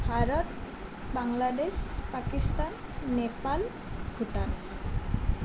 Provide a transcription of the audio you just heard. Bharat Bangladesh Pakistan Nepal Bhutan